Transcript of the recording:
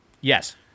Yes